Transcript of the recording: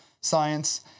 science